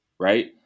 Right